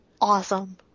Awesome